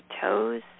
toes